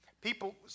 People